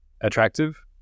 attractive